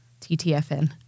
TTFN